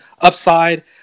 Upside